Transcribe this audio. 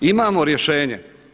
Imamo rješenje.